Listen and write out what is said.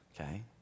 Okay